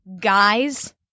guys